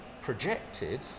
projected